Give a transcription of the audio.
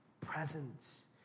presence